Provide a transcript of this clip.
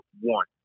one